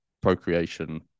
procreation